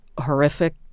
horrific